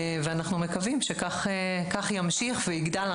ואנחנו מקווים שכך ימשיך ויגדל.